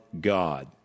God